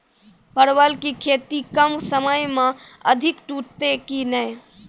परवल की खेती कम समय मे अधिक टूटते की ने?